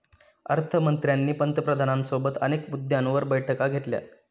अर्थ मंत्र्यांनी पंतप्रधानांसोबत अनेक मुद्द्यांवर बैठका घेतल्या